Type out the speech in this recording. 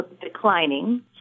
declining